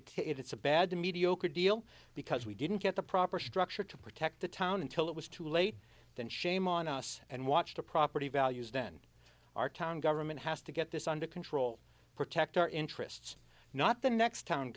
it it's a bad to mediocre deal because we didn't get the proper structure to protect the town until it was too late then shame on us and watch the property values then our town government has to get this under control protect our interests not the next town